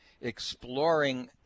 exploring